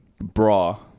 Bra